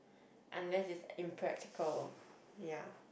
unless it's impractical ya